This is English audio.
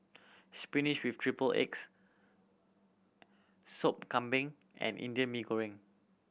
spinach with triple eggs Sop Kambing and Indian Mee Goreng